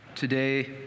Today